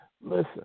Listen